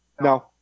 No